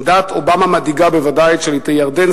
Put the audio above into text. עמדת אובמה מדאיגה בוודאי את שליטי ירדן,